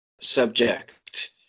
subject